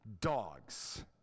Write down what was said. dogs